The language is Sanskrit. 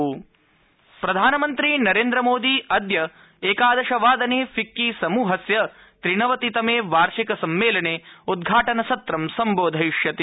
पीएम फिक्की प्रधानमन्त्री नोन्द्रमोदी अद्य एकादशवादने फिक्कीसमूहस्य त्रिनवतितमे वार्षिक सम्मेलने उद्घाटनसत्र सम्बोधयिष्यति